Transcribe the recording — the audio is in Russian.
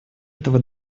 этого